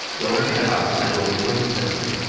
go into the house and i will rejoin you presently.